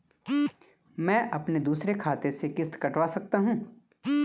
मैं अपने दूसरे खाते से किश्त कटवा सकता हूँ?